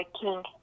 King